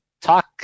talk